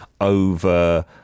over